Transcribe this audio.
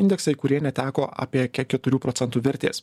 indeksai kurie neteko apie ke keturių procentų vertės